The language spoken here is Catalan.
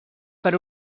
per